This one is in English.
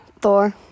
Thor